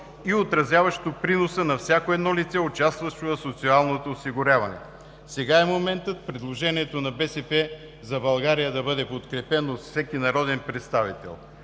и отразяващо приноса на всяко едно лице, участващо в социалното осигуряване. Сега е моментът предложението на „БСП за България“ да бъде подкрепено от всеки народен представители